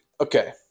okay